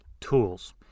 tools